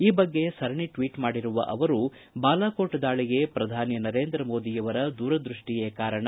ಈ ಬಗ್ಗೆ ಸರಣಿ ಟ್ವೀಟ್ ಮಾಡಿರುವ ಅವರು ಬಾಲಾಕೋಟ್ ದಾಳಿಗೆ ಪ್ರಧಾನಿ ನರೇಂದ್ರ ಮೋದಿಯವರ ದೂರದೃಷ್ಷಿಯೇ ಕಾರಣ